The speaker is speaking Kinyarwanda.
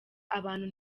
abantu